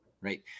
right